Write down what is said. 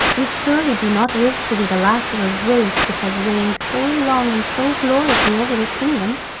you surely do not wish to be the last of a race which has reigned so long and so gloriously over this kingdom?